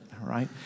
right